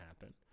happen